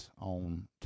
on